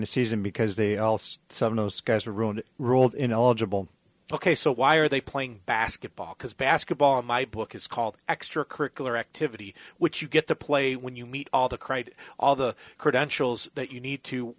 the season because they also some of those guys are ruined ruled ineligible ok so why are they playing basketball because basketball in my book is called extra curricular activity which you get to play when you meet all the cried all the credentials that you need to